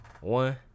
one